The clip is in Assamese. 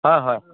হয় হয়